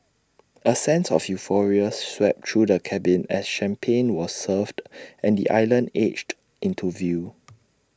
A sense of euphoria swept through the cabin as champagne was served and the island edged into view